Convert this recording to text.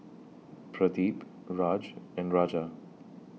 Pradip Raj and Raja